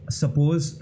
suppose